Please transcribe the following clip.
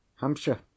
hampshire